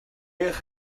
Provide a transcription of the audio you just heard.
eich